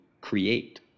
create